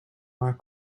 our